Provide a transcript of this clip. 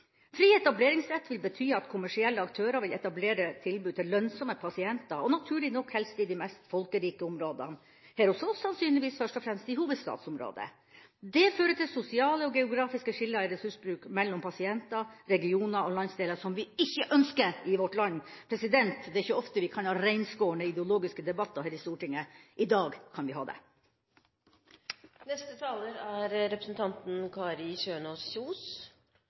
Fri etableringsrett vil bety at kommersielle aktører vil etablere tilbud til «lønnsomme» pasienter, og naturlig nok helst i de mest folkerike områdene – her hos oss sannsynligvis først og fremst i hovedstadsområdet. Det fører til sosiale og geografiske skiller i ressursbruk mellom pasienter, regioner og landsdeler, noe vi ikke ønsker i vårt land. Det er ikke ofte vi kan ha reinskårne ideologiske debatter her i Stortinget. I dag kan vi ha det. Gode og trygge helsetjenester er